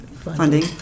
Funding